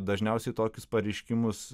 dažniausiai tokius pareiškimus